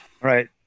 right